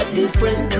different